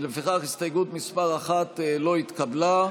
לפיכך, הסתייגות מס' 1 לא התקבלה.